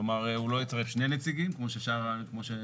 כלומר, הוא לא יצרף שני נציגים, כמו ששאר הגופים.